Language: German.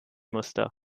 muster